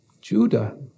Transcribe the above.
Judah